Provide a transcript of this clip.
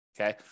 okay